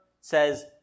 says